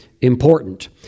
important